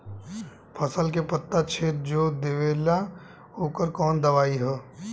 फसल के पत्ता छेद जो देवेला ओकर कवन दवाई ह?